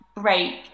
break